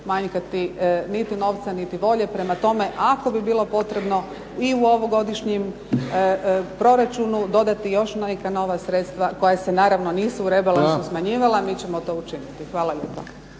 manjkati niti novca niti volje. Prema tome, ako bi bilo potrebno i u ovogodišnjem proračunu dodati još neka nova sredstva koja se naravno nisu u rebalansu smanjivala, mi ćemo to učiniti. Hvala lijepa.